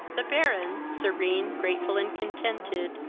the baron, serene, grateful, and contented,